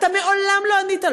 אתה מעולם לא ענית,